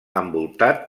envoltat